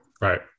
right